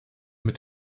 mit